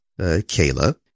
Kayla